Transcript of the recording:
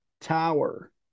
Tower